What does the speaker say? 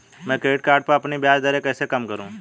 मैं credit card पर अपनी ब्याज दरें कैसे कम करूँ?